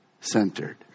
centered